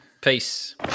Peace